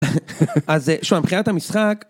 ‫אז שומעים, מבחינת המשחק...